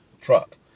truck